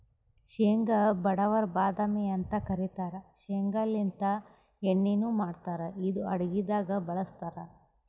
ಶೇಂಗಾ ಬಡವರ್ ಬಾದಾಮಿ ಅಂತ್ ಕರಿತಾರ್ ಶೇಂಗಾಲಿಂತ್ ಎಣ್ಣಿನು ಮಾಡ್ತಾರ್ ಇದು ಅಡಗಿದಾಗ್ ಬಳಸ್ತಾರ್